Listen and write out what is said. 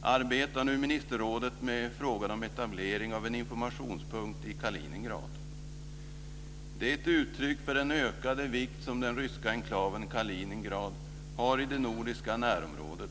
arbetar nu ministerrådet med frågan om en etablering av en informationspunkt i Kaliningrad. Det är ett uttryck för den ökade vikt som den ryska enklaven Kaliningrad har i det nordiska närområdet.